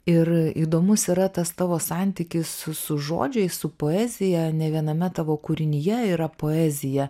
ir įdomus yra tas tavo santykis su su žodžiais su poezija ne viename tavo kūrinyje yra poezija